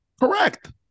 Correct